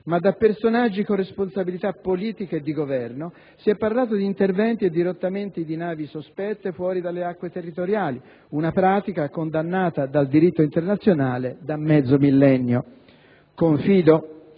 ma da personaggi con responsabilità politiche e di governo, si è parlato di interventi e dirottamenti di navi sospette fuori dalle acque territoriali, una pratica condannata dal diritto internazionale da mezzo millennio. Confido